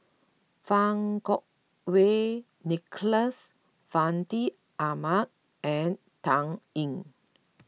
Fang Kuo Wei Nicholas Fandi Ahmad and Dan Ying